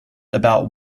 about